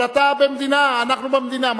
אבל אתה במדינה, אנחנו במדינה.